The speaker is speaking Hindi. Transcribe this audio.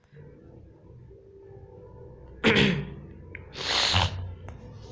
डेबिट कार्ड से होने वाले स्वतः भुगतान के लिए नए नियम लागू किये गए है